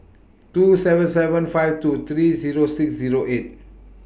two seven seven five two three Zero six Zero eight